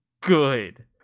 good